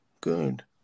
Good